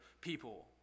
people